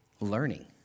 learning